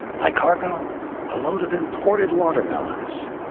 my cargo a load of imported watermelons.